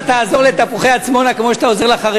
אם אתה תעזור ל"תפוחי-אדמה עצמונה" כמו שאתה עוזר לחרדים,